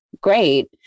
great